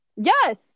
Yes